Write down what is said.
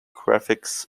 graphics